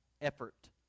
effort